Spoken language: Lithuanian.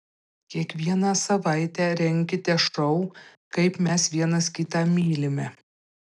kiekvieną savaitę renkite šou kaip mes vienas kitą mylime